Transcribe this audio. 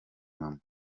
mama